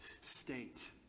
state